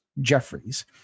Jeffries